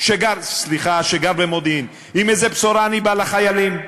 שגר במודיעין, עם איזו בשורה אני בא לחיילים,